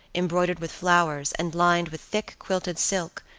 embroidered with flowers, and lined with thick quilted silk,